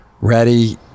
ready